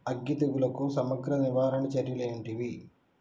అగ్గి తెగులుకు సమగ్ర నివారణ చర్యలు ఏంటివి?